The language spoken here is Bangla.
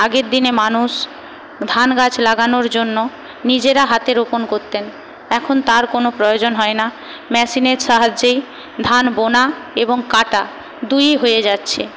আগের দিনে মানুষ ধানগাছ লাগানোর জন্য নিজেরা হাতে রোপণ করতেন এখন তার কোনও প্রয়োজন হয় না ম্যাশিনের সাহায্যেই ধান বোনা এবং কাটা দুইই হয়ে যাচ্ছে